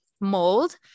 mold